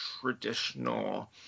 traditional